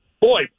boy